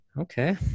Okay